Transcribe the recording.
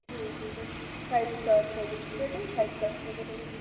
ٹھیٖک چھُ تیٚلہِ فایو سِٹار تھٲوِزیٚو تُہی تیٚلہِ فایو سِٹار چھُ اَسہِ ضروٗرَت